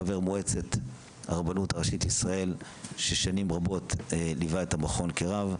חבר מועצת הרבנות הראשית בישראל ששנים רבות ליווה את המכון כרב.